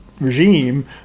regime